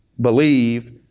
believe